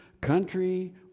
country